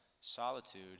Solitude